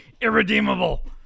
irredeemable